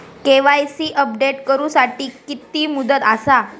KYC update करू साठी किती मुदत आसा?